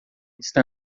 está